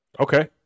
Okay